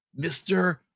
Mr